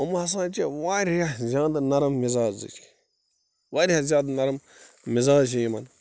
یِمہِ ہسا چھِ واریاہ زیادٕ نرم مِزازٕکۍ واریاہ زیادٕ نرم مِزازٕ چھُ یِمن